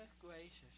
gracious